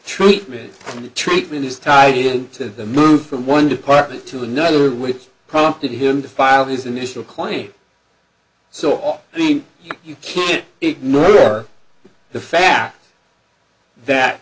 the treatment is tied in to the move from one department to another which prompted him to file his initial claim so off i mean you can't ignore the fact that